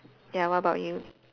ya what about you